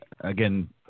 again